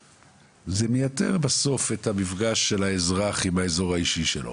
זה מייתר בסוף את המפגש של האזרח עם האזור האישי שלו.